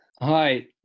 Hi